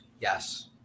Yes